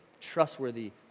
trustworthy